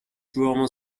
drama